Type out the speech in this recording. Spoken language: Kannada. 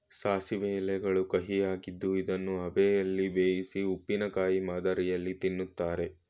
ಸಾಸಿವೆ ಎಲೆಗಳು ಕಹಿಯಾಗಿದ್ದು ಇದನ್ನು ಅಬೆಯಲ್ಲಿ ಬೇಯಿಸಿ ಉಪ್ಪಿನಕಾಯಿ ಮಾದರಿಯಲ್ಲಿ ತಿನ್ನುತ್ತಾರೆ